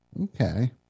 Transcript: Okay